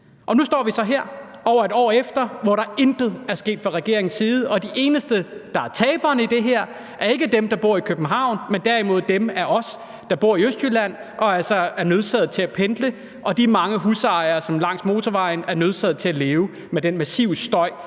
Nu står vi så her over et år efter, hvor der intet er sket fra regeringens side. Og de eneste, der er taberne i det her, er ikke dem, der bor i København, men derimod dem af os, der bor i Østjylland og altså er nødsaget til at pendle, og de mange husejere, som langs motorvejen er nødsaget til at leve med den massive støj,